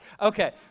Okay